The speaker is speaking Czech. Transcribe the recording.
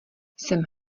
jsem